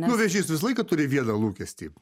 nu vėžys visą laiką turi vieną lūkestį